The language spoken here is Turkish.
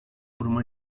foruma